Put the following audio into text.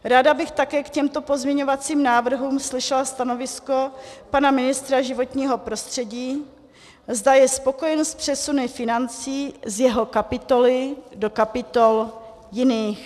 Ráda bych také k těmto pozměňovacím návrhům slyšela stanovisko pana ministra životního prostředí, zda je spokojen s přesuny financí z jeho kapitoly do kapitol jiných.